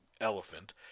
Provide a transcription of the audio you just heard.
elephant